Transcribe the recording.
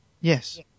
Yes